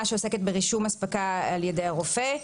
שעוסקת ברישום אספקה על ידי הרופא.